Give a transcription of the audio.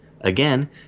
Again